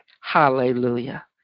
Hallelujah